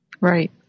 Right